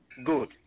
Good